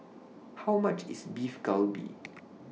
How much IS Beef Galbi